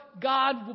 God